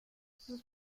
sus